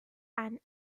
and